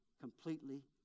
completely